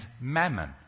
mammon